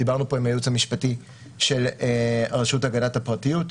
דיברנו פה עם הייעוץ המשפטי של רשות הגנת הפרטיות,